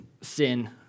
sin